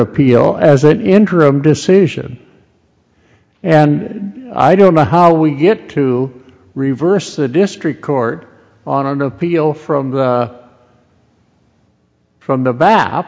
appeal as an interim decision and i don't know how we get to reverse the district court on an appeal from the from the ba